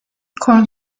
corn